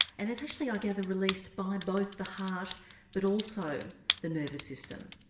and it's actually, i gather, released by both the heart but also the nervous system.